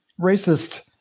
racist